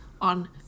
on